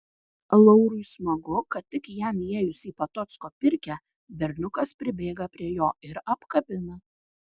laurui smagu kad tik jam įėjus į patocko pirkią berniukas pribėga prie jo ir apkabina